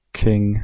king